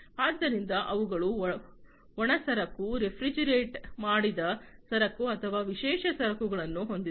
ಆದ್ದರಿಂದ ಅವುಗಳು ಒಣ ಸರಕು ರೆಫ್ರಿಜರೇಟ ಮಾಡಿದ ಸರಕು ಅಥವಾ ವಿಶೇಷ ಸರಕುಗಳನ್ನು ಹೊಂದಿದೆ